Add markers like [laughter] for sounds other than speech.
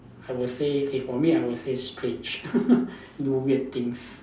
I would say okay for me I would say strange [laughs] do weird things